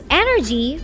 energy